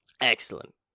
Excellent